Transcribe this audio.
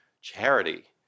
charity